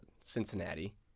Cincinnati